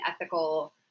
ethical